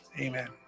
Amen